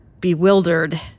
bewildered